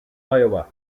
iowa